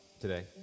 today